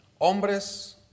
Hombres